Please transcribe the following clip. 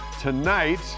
Tonight